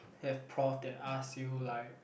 have prof that ask you like